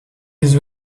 his